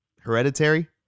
Hereditary